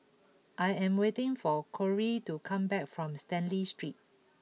I am waiting for Corrie to come back from Stanley Street